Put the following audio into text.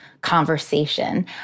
conversation